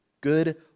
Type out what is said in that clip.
good